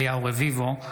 אליהו רביבו,